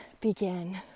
begin